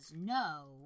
no